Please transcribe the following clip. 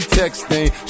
texting